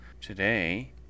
Today